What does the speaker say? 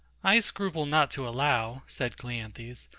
i scruple not to allow, said cleanthes,